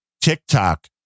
TikTok